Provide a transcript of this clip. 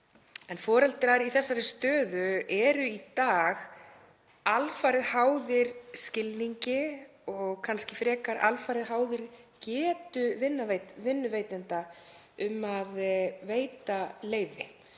en foreldrar í þessari stöðu eru í dag alfarið háðir skilningi og kannski frekar alfarið háðir getu vinnuveitenda um að veita leyfi.